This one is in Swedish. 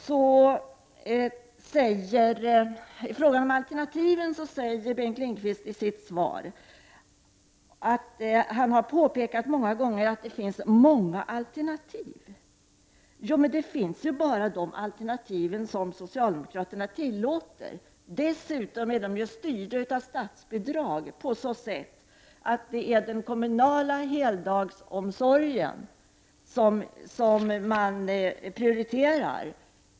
På frågan om alternativen säger Bengt Lindqvist i sitt svar att han ”många gånger påpekat att det finns många alternativ”. Ja, men det finns bara de alternativ som socialdemokraterna tillåter, och de är dessutom styrda av statsbidrag på så sätt att det är den kommunala heldagsomsorgen som priori teras.